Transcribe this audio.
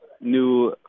new